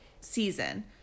season